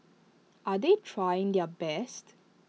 are they trying their best